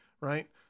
right